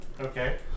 Okay